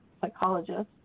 psychologist